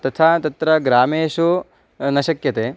तथा तत्र ग्रामेषु न शक्यते